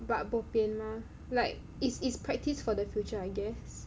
but bo pian mah like is is practice for the future I guess